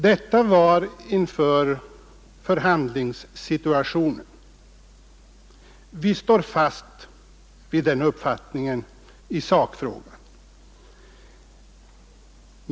Detta var inför förhandlingssituationen. Vi står fast vid den uppfattningen i sakfrågan.